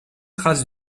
trace